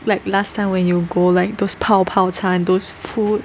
like last time when you go like those 泡泡茶 those food